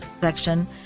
section